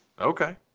Okay